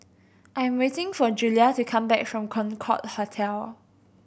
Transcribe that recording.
I am waiting for Julia to come back from Concorde Hotel